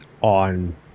on